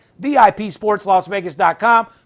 vipsportslasvegas.com